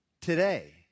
today